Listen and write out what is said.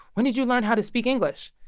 when did you learn how to speak english?